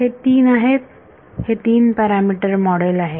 हे 3 आहेत हे तीन पॅरामिटर मॉडेल आहे